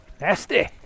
Nasty